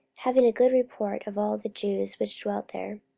having a good report of all the jews which dwelt there,